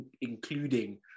including